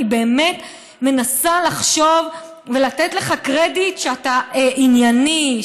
אני באמת מנסה לחשוב ולתת לך קרדיט שאתה ענייני,